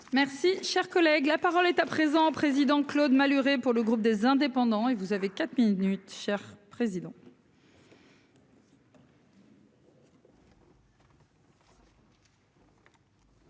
Merci, cher collègue, la parole est à présent président Claude Malhuret pour le groupe des Indépendants et vous avez quatre minutes cher président.